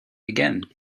again